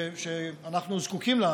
שאנחנו זקוקים לה,